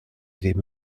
ddim